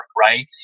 right